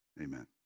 amen